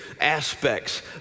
aspects